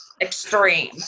Extreme